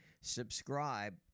subscribe